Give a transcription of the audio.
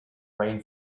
rain